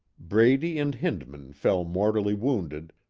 brady and hindman fell mortally wounded,